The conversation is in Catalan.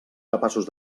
capaços